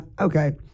okay